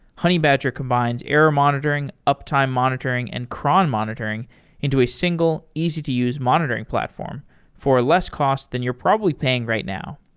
combines error monitoring, uptime monitoring and cron monitoring into a single, easy to use monitoring platform for less cost than you're probably paying right now.